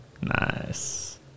Nice